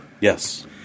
yes